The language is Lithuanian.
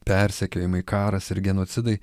persekiojimai karas ir genocidai